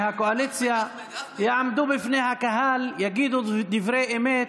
מהקואליציה, יעמדו בפני הקהל ויגידו דברי אמת.